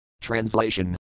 Translation